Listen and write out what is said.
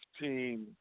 team